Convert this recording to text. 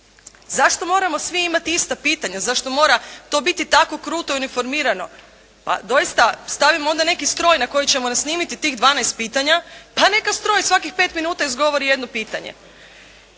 Zašto moramo svi imati ista pitanja, zašto to mora biti tako kruto i uniformirano? Pa doista, stavimo onda neki stroj na koji ćemo snimiti tih 12 pitanja pa neka stroj svakih 5 minuta izgovori jedno pitanje.